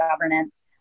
governance